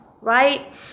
right